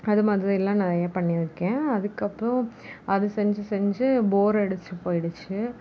அது மாதிரியெல்லாம் நிறைய பண்ணியிருக்கன் அதுக்கு அப்புறோம் அதை செஞ்சு செஞ்சு போர் அடிச்சு போய்டுச்சி